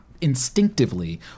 instinctively